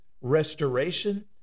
restoration